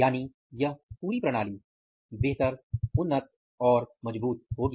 यानि यह पूरी प्रणाली बेहतर उन्नत और मजबूत होगी